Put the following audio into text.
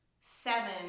seven